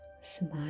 smile